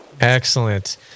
Excellent